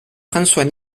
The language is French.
françois